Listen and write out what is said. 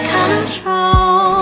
control